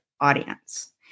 audience